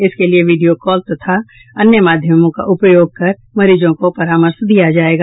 इसके लिये video call और अन्य माध्यमों का उपयोग कर मरीजों को परामर्श दिया जायेगा